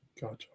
Gotcha